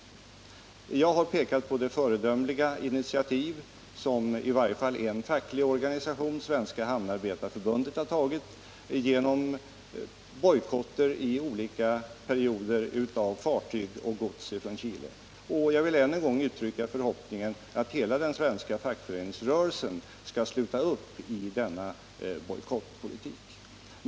Jag har pekat på de föredömliga initiativ som i varje fall en facklig organisation, Svenska hamnarbetarförbundet, har tagit genom bojkotter i olika perioder av fartyg och gods från Chile. Jag vill än en gång uttrycka förhoppningen att hela den svenska fackföreningsrörelsen skall sluta upp kring denna bojkottpolitik.